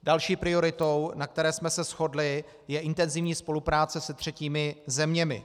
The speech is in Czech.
Další prioritou, na které jsme se shodli, je intenzivní spolupráce s třetími zeměmi.